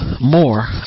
more